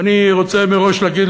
ואני רוצה מראש להגיד,